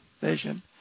vision